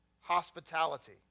hospitality